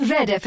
Red